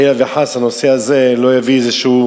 שחלילה וחס הנושא הזה לא יביא לאיזשהו